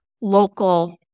local